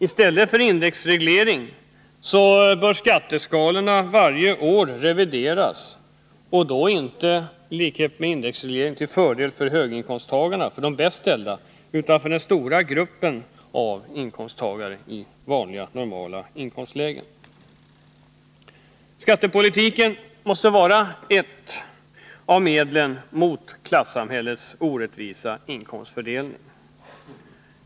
Indexregleringen bör avskaffas och istället bör skatteskalorna varje år revideras, och då inte till fördel för de bäst ställda — som indexregleringen innebär — utan till fördel för den stora gruppen inkomsttagare i normala inkomstlägen. Skattepolitiken måste vara ett av medlen mot klassamhällets orättvisa inkomstfördelning.